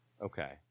Okay